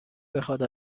بخواد